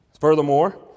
Furthermore